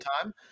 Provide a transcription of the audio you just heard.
time